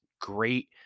great